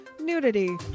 nudity